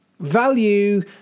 Value